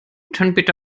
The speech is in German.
bitte